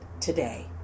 today